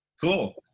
cool